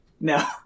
No